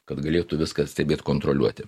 kad galėtų viską stebėt kontroliuoti